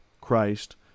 Christ